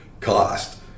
cost